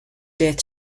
death